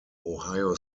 ohio